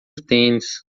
tênis